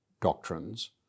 doctrines